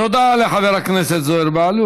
תודה לחבר הכנסת זוהיר בהלול.